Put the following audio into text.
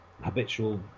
habitual